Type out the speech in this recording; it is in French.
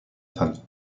famille